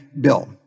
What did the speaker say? Bill